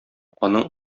аның